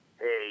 hey